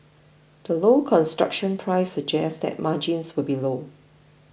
the low construction price suggests that margins will be low